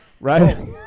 Right